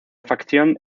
facción